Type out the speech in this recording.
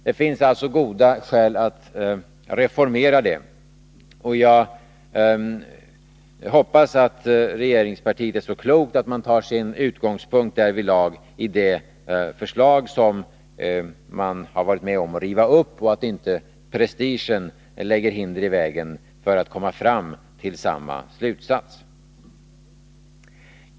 Det finns alltså goda skäl att reformera det, och jag hoppas att regeringspartiet är så klokt att man tar sin utgångspunkt därvidlag i det förslag som man har varit med om att riva upp och att prestigen inte lägger hinder i vägen för att komma fram till samma slutsats.